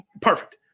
Perfect